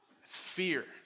fear